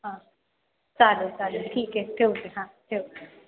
हां चालेल चालेल ठीक आहे ठेवते हां ठेवते